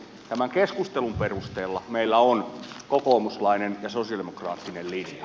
tämän keskustelun perusteella meillä on kokoomuslainen ja sosialidemokraattinen linja